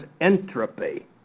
entropy